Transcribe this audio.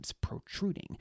protruding